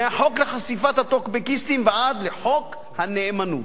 מהחוק לחשיפת הטוקבקיסטים ועד לחוק הנאמנות.